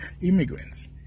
immigrants